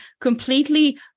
completely